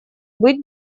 быть